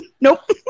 Nope